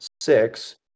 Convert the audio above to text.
six